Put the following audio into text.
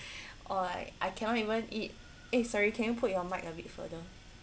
oh I I cannot even eat eh sorry can you put your mic a bit further